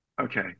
Okay